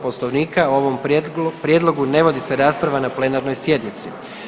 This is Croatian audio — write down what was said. Poslovnika o ovom prijedlogu ne vodi se rasprava na plenarnoj sjednici.